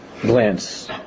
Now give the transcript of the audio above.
glance